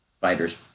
fighter's